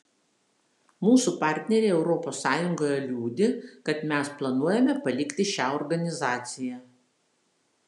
mūsų partneriai europos sąjungoje liūdi kad mes planuojame palikti šią organizaciją